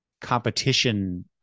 competition